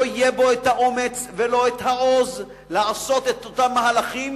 יהיה בו האומץ ולא העוז לעשות את אותם מהלכים,